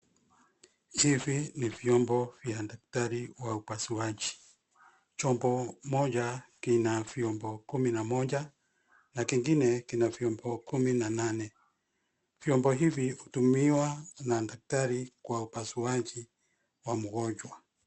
Hivi ni vyombo vya daktari wa upasuaji. Chombo moja kina vyombo kumi na moja na kingine kina vyombo kumi na nane. Vyombo hivi hutumika na daktari kwa upasuaji wa mgonjwa.